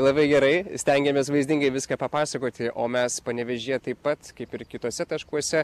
labai gerai stengiamės vaizdingai viską papasakoti o mes panevėžyje taip pat kaip ir kituose taškuose